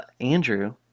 Andrew